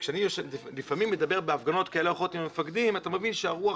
לפעמים כשאני מדבר בהפגנות כאלה או אחרות עם מפקדים אתה מבין שהרוח